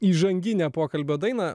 įžanginio pokalbio daina